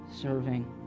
serving